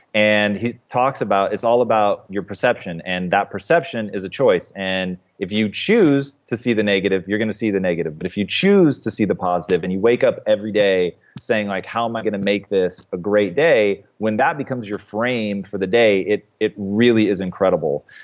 and he talks about, it's all about your perception, and that perception is a choice. and if you choose to see the negative, you're going to see the negative, but if you choose to see the positive, and you wake up every day saying, like how am i going to make this a great day? when that becomes your frame for the day, it it really is incredible.